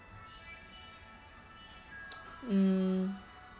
mm